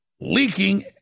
leaking